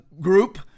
group